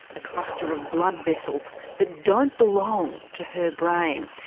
a cluster of blood vessels that don't belong to her brain.